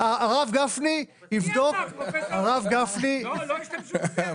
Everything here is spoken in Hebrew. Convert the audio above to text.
לא השתמשו בזה?